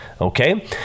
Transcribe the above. okay